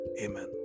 amen